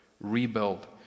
rebuild